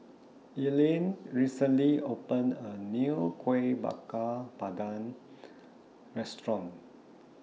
Erline recently opened A New Kuih Bakar Pandan Restaurant